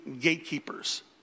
gatekeepers